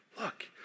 Look